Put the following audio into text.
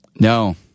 No